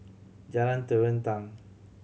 Jalan Terentang